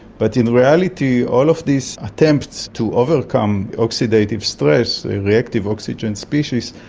but in reality all of these attempts to overcome oxidative stress, reactive oxygen species,